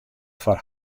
foar